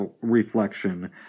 reflection